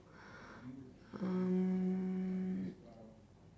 um